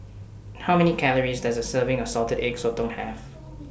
How Many Calories Does A Serving of Salted Egg Sotong Have